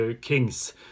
kings